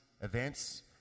events